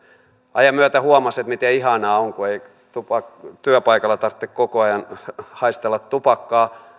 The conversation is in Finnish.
ajan myötä huomasivat miten ihanaa on kun ei työpaikalla tarvitse koko ajan haistella tupakkaa